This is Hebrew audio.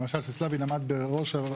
למשל כשסלבין עמד בראש.